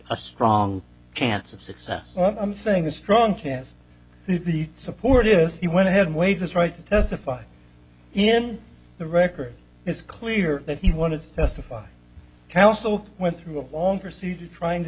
a strong chance of success i'm saying the strong cast the support is he went ahead wade was right to testify in the record it's clear that he wanted to testify counsel went through a long procedure trying to